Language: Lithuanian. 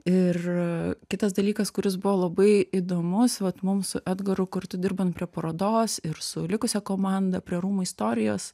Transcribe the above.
ir kitas dalykas kuris buvo labai įdomus vat mums su edgaru kartu dirbant prie parodos ir su likusia komanda prie rūmų istorijos